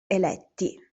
eletti